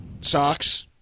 Socks